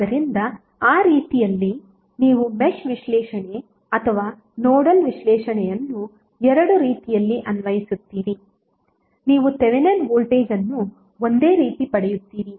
ಆದ್ದರಿಂದ ಆ ರೀತಿಯಲ್ಲಿ ನೀವು ಮೆಶ್ ವಿಶ್ಲೇಷಣೆ ಅಥವಾ ನೋಡಲ್ ವಿಶ್ಲೇಷಣೆಯನ್ನು ಎರಡೂ ರೀತಿಯಲ್ಲಿ ಅನ್ವಯಿಸುತ್ತೀರಿ ನೀವು ಥೆವೆನಿನ್ ವೋಲ್ಟೇಜ್ ಅನ್ನು ಒಂದೇ ರೀತಿ ಪಡೆಯುತ್ತೀರಿ